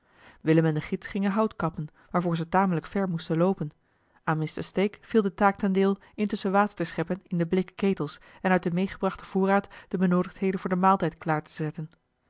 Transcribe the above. willem en de gids gingen hout kappen waarvoor ze tamelijk ver moesten loopen aan mr stake viel de taak ten deel intusschen water te scheppen in de blikken ketels en uit den meegebrachten voorraad de benoodigdheden voor den maaltijd klaar te zetten